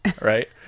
right